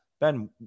Ben